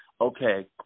okay